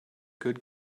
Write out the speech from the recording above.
good